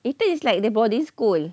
eton is like the boarding school